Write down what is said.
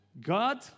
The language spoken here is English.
God